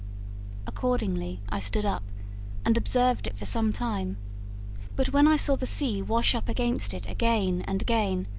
accordingly i stood up and observed it for some time but, when i saw the sea wash up against it again and again,